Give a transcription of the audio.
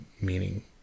meaning